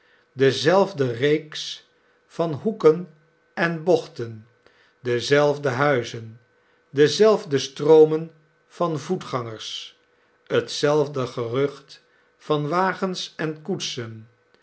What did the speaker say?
dezelfde reeks van hoeken en bochten dezelfde huizen dezelfde stroomen van voetgangers hetzelfde gerucht van wagens en koetsen